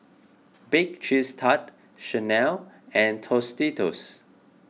Bake Cheese Tart Chanel and Tostitos